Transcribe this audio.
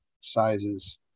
sizes